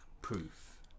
proof